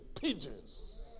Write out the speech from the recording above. pigeons